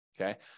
okay